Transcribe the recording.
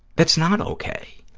that's not okay.